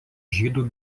žydų